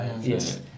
Yes